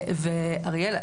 ואריאל,